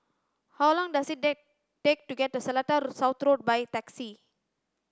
how long does it take take to get to Seletar South Road by taxi